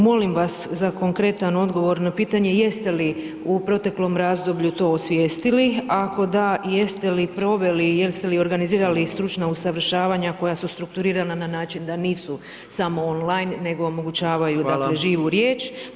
Molim vas za konkretan odgovor na pitanje jeste li u proteklom razdoblju to osvijestili a ako da jeste li proveli, jeste li organizirali stručna usavršavanja koja su strukturiranja na način da nisu smo on line nego omogućavaju dakle živu riječ?